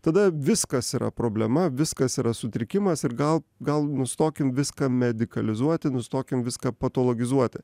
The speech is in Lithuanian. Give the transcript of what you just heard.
tada viskas yra problema viskas yra sutrikimas ir gal gal nustokim viską medikalizuoti nustokim viską patologizuoti